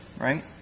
right